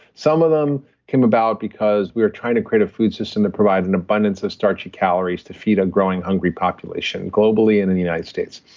some of them came about because we were trying to create a food system that provided an abundance of starchy calories to feed a growing hungry population globally in the united states.